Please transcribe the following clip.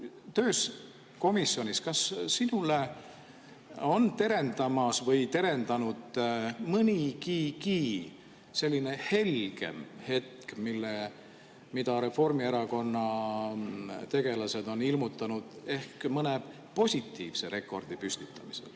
Tööst komisjonis, kas sinule on terendamas või terendanud mõnigi selline helgem hetk, mida Reformierakonna tegelased on ilmutanud ehk mõne positiivse rekordi püstitamisel?